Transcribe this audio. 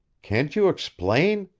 can't you explain?